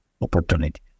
opportunity